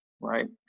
right